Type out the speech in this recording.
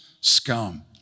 scum